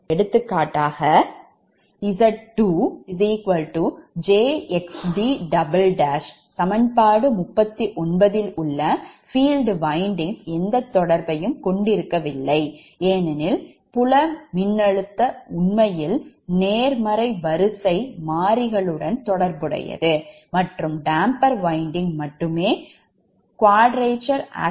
எடுத்துக்காட்டாக Z2 jXd சமன்பாடு 39தில் உள்ள field windings எந்த தொடர்பையும் கொண்டிருக்கவில்லை ஏனெனில் புலம் மின்னழுத்தம் உண்மையில் நேர்மறை வரிசை variable மாறிகளுடன் தொடர்புடையது மற்றும் damper winding மட்டுமே இருபடி அச்சில் quadrature axisல் ஒரு விளைவை உருவாக்குகிறது